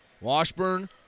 Washburn